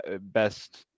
best